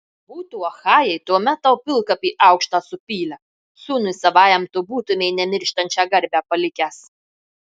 būtų achajai tuomet tau pilkapį aukštą supylę sūnui savajam tu būtumei nemirštančią garbę palikęs